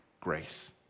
grace